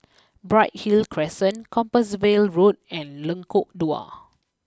Bright Hill Crescent Compassvale Road and Lengkok Dua